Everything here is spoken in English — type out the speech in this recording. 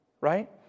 right